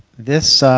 this,